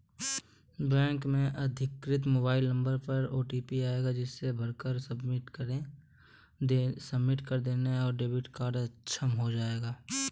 bank से अधिकृत mobile number पर ओटीपी आएगा जिसे भरकर सबमिट कर देना है और डेबिट कार्ड अक्षम हो जाएगा